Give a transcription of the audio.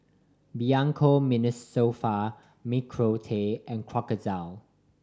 Bianco Mimosa Nicorette and Crocodile